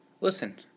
listen